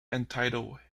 entitled